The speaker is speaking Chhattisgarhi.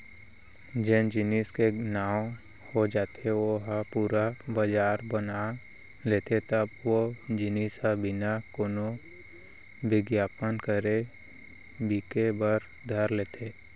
जेन जेनिस के नांव हो जाथे ओ ह पुरा बजार बना लेथे तब ओ जिनिस ह बिना कोनो बिग्यापन करे बिके बर धर लेथे